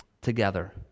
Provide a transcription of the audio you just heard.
Together